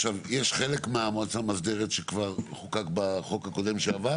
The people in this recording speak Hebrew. יש חלק מהמועצה המאסדרת שכבר חוקק בחוק הקודם שעבר?